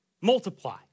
Multiply